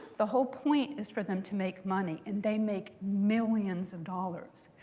the whole point is for them to make money. and they make millions of dollars.